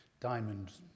diamonds